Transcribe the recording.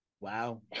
Wow